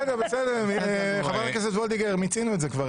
בסדר, מיצינו את זה.